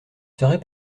serait